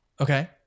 Okay